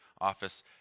office